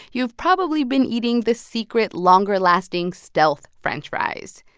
you've probably been eating the secret, longer-lasting stealth french fries.